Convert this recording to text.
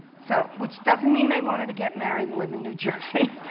so which doesn't mean they wanted to get married and live in new jersey.